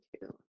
two